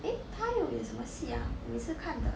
eh 他还有演什么戏啊我每次看的